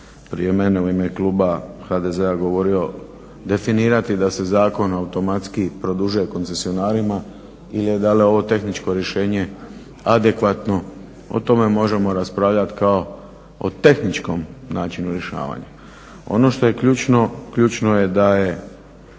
prije mene u ime kluba HDZ-a govorio definirati da se zakon automatski produžuje koncesionarima ili da li je ovo tehničko rješenje adekvatno o tome možemo raspravljat kao o tehničkom načinu rješavanja. Ono što je ključno, ključno je da je